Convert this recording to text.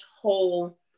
whole